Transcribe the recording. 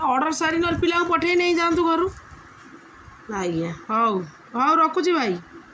order ସାରି ପିଲାଙ୍କୁ ପଠେଇ ନେଇଯାଆନ୍ତୁ ଘରୁ ଆଜ୍ଞା ହଉ ହଉ ରଖୁଛି ଭାଇ